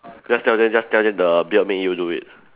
just tell them just tell them the beard made you do it